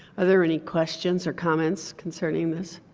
are there any questions or comments concerning this?